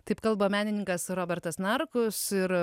taip kalba menininkas robertas narkus ir